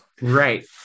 Right